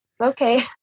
Okay